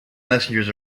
messengers